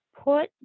Put